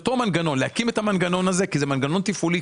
להקים את המנגנון הזה כי זה מנגנון תפעולי